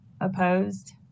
Opposed